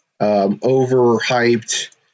overhyped